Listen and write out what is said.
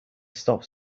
stop